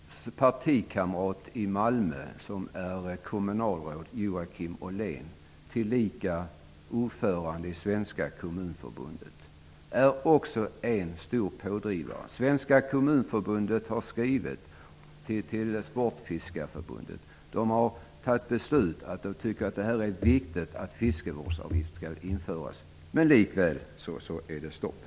Malmö, kommunalrådet Joakim Ollén, tillika ordförande i Svenska kommunförbundet, är också en stor pådrivare. Svenska kommunförbundet har skrivit till Sportfiskeförbundet. Kommunförbundet anser att det är viktigt att en fiskevårdsavgift införs. Men likväl är det stopp.